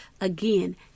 Again